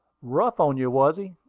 rough on you, was he?